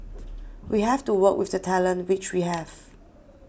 we have to work with the talent which we have